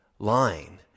Line